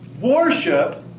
worship